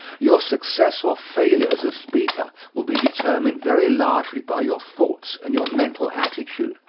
your success or failure as a speaker will be determined very largely by your thoughts and your mental attitude.